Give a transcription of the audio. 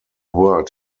word